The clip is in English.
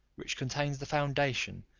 which contains the foundation,